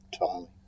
entirely